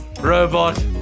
robot